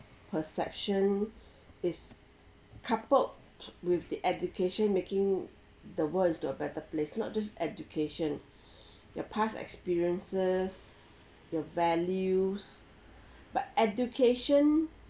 perception is coupled with the education making the world into a better place not just education your past experiences your values but education